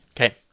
Okay